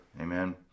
Amen